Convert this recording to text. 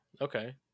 Okay